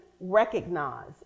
recognize